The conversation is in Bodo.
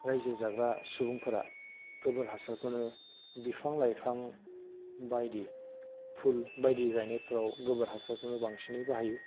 रायजो जाग्रा सुबुंफोरा गोबोर हासारखौनो बिफां लाइफां बायदि फुल बायदि गायनायफोराव गोबोर हासारखौनो बांसिनै बाहायो